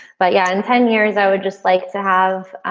but yeah in ten years i would just like to have